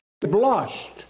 blushed